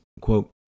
Quote